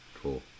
Cool